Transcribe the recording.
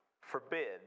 forbid